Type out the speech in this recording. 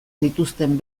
dituzten